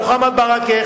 מוחמד ברכה,